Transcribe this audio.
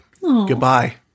goodbye